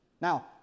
Now